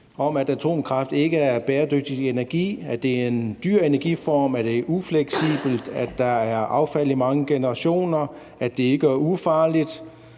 af, at atomkraft er bæredygtig energi, og for at sige, at det er en dyr energiform, at det er ufleksibelt, at der er affald fra den i mange generationer, at det ikke er ufarligt,